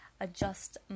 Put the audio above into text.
adjust